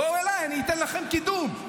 בואו אליי, אני אתן לכם קידום.